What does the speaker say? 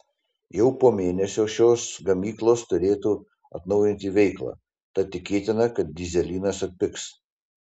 jau po mėnesio šios gamyklos turėtų atnaujinti veiklą tad tikėtina kad dyzelinas atpigs